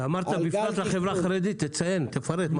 ואמרת 'בפרט לחברה החרדית', תציין, תפרט.